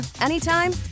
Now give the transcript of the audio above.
anytime